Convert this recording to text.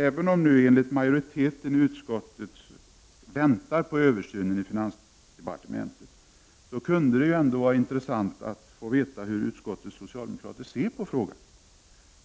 Även om vi nu enligt majoriteten i utskottet väntar på resultatet av översynen i finansdepartementet, kunde det vara intressant att få veta hur utskottets socialdemokrater ser på frågan.